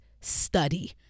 study